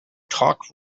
talk